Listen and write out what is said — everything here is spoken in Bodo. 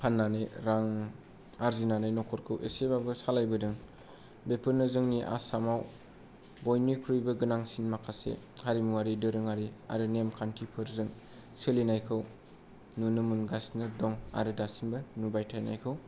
फाननानै रां आर्जिनानै नखरखौ एसेबाबो सालायबोदों बेफोरनो जोंनि आसामाव बयनिख्रुइबो गोनांसिन माखासे हारिमुवारि दोरोङारि आरो नेम खान्थिफोरजों सोलिनायखौ नुनो मोनगासिनो दं आरो दासिमबो नुबाय थानायखौ